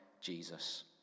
Jesus